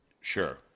Sure